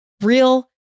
real